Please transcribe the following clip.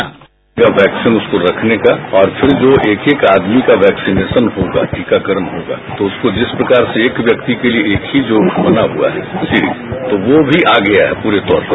sound bite यह vaccine को रखने का और फिर जो एक एक आदमी का वैक्सीनेशन होगा टीकाकरण होगा तो उसको जिस प्रकार से एक व्यक्ति के लिए एक ही जो बना हुआ है सीरिंज तो वो भी आ गया है पूरे तौर पर